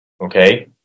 Okay